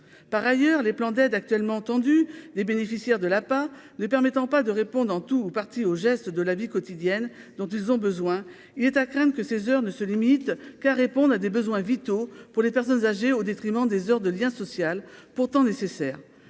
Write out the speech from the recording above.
par ailleurs, les plans d'aide actuellement des bénéficiaires de la pas ne permettant pas de répondant tout ou partie aux gestes de la vie quotidienne dont ils ont besoin, il est à craindre que ces heures ne se limite qu'à répondre à des besoins vitaux pour les personnes âgées, au détriment des heures de lien social, pourtant nécessaire,